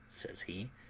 says he,